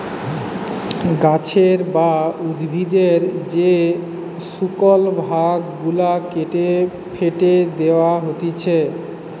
গাছের বা উদ্ভিদের যে শুকল ভাগ গুলা কেটে ফেটে দেয়া হতিছে